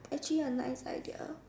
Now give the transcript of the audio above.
actually a nice idea